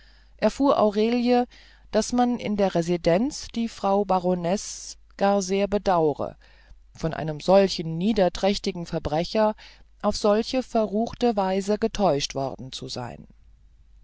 erfuhr aurelie daß man in der residenz die frau baronesse gar sehr bedaure von einem solchen niederträchtigen verbrecher auf solche verruchte weise getäuscht worden zu sein